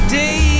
day